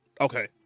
okay